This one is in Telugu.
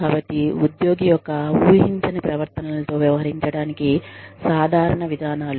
కాబట్టి ఉద్యోగి యొక్క ఉాహించని ప్రవర్తనలతో వ్యవహరించడానికి సాధారణ విధానాలు